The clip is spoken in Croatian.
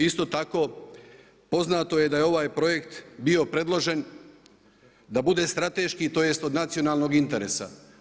Isto tako, poznato je da je ovaj projekt bio predložen da bude strateški, tj. od nacionalnog interesa.